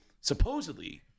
supposedly